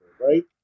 right